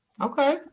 Okay